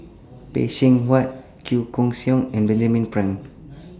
Phay Seng Whatt Chua Koon Siong and Benjamin Frank